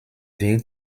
wird